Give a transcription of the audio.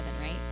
right